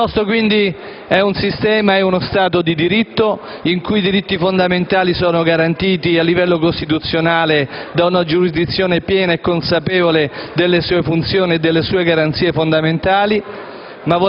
Il nostro quindi è un sistema e uno Stato di diritto in cui i diritti fondamentali sono garantiti a livello costituzionale da una giurisdizione piena e consapevole delle sue funzioni e delle sue garanzie fondamentali,